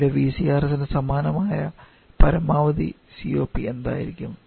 ഇവിടെ VCRS ന് സമാനമായ പരമാവധി COP എന്തായിരിക്കും